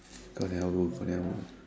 all never go all never go